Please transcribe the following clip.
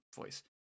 voice